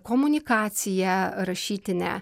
komunikacija rašytinė